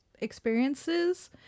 experiences